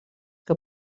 que